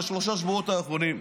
בשלושת השבועות האחרונים.